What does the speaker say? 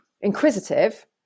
inquisitive